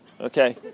okay